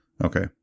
Okay